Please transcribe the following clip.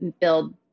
build